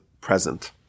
present